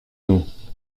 nous